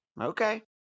Okay